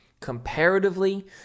comparatively